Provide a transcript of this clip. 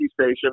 station